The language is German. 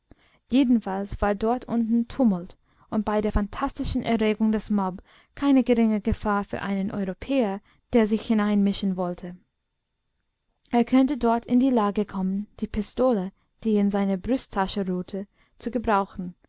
jedenfalls war dort unten tumult und bei der fanatischen erregung des mob keine geringe gefahr für einen europäer der sich hineinmischen wollte er könnte dort in die lage kommen die pistole die in seiner brusttasche ruhte zu gebrauchen